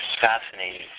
fascinating